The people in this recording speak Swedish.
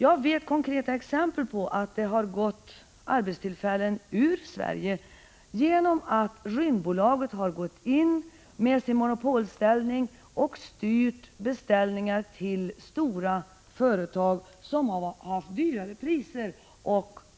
Jag känner till konkreta exempel, där Sverige gått miste om arbetstillfällen på grund av att Rymdbolaget har gått in med sin monopolställning och styrt beställningar till stora företag, som har tagit ut högre priser.